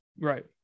Right